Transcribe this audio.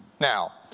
Now